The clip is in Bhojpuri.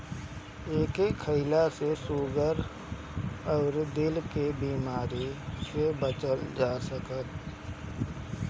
एके खईला से सुगर अउरी दिल के बेमारी से बचल जा सकता